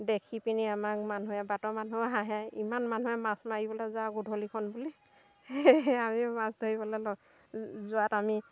দেখি পিনি আমাক মানুহে বাটৰ মানুহেও হাঁহে ইমান মানুহে মাছ মাৰিবলৈ যাওঁ গধূলিখন বুলি সেয়েহে আমি মাছ ধৰিবলৈ যোৱাত আমি